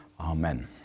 Amen